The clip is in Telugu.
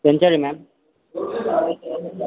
ఎంత అది మ్యామ్